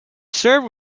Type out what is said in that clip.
served